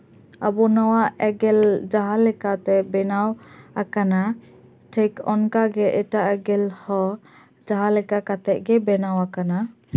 ᱟᱵᱚ ᱱᱚᱣᱟ ᱮᱸᱜᱮᱞ ᱡᱟᱦᱟᱸ ᱞᱮᱠᱟ ᱛᱮ ᱵᱮᱱᱟᱣ ᱟᱠᱟᱱᱟ ᱴᱷᱤᱠ ᱚᱱᱠᱟᱜᱮ ᱮᱴᱟᱜ ᱮᱸᱜᱮᱞ ᱦᱚᱸ ᱡᱟᱦᱟᱸ ᱞᱮᱠᱟ ᱠᱟᱛᱮᱫ ᱜᱮ ᱵᱮᱱᱟᱣ ᱟᱠᱟᱱᱟ